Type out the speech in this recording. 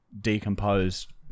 decomposed